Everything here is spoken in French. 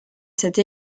cette